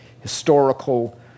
historical